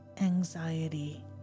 anxiety